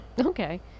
Okay